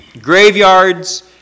Graveyards